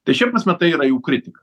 tai čia pats matai yra jau kritika